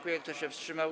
Kto się wstrzymał?